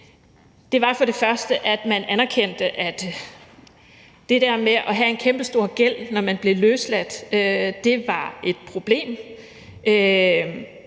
det, var for det første, at vi anerkendte, at det der med at have en kæmpestor gæld, når man blev løsladt, var et problem,